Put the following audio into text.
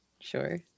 Sure